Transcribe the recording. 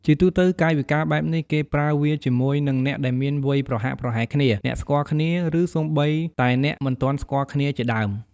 ជាទូទៅ កាយវិការបែបនេះគេប្រើវាជាមួយនឹងអ្នកដែលមានវ័យប្រហាក់ប្រហែលគ្នា អ្នកស្គាល់គ្នា ឬសូម្បីតែអ្នកមិនទាន់ស្គាល់គ្នាជាដើម។